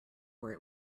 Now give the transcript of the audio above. where